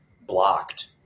blocked